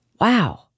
Wow